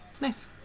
Nice